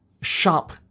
sharp